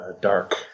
Dark